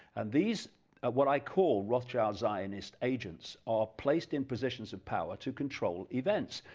and these what i call rothschild zionists agents are placed in positions of power to control events,